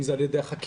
אם זה על ידי החקירה,